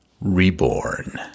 Reborn